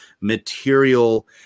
material